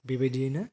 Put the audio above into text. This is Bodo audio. बेबायदियैनो